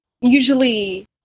usually